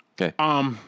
Okay